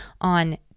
on